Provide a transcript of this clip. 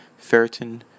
ferritin